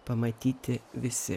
pamatyti visi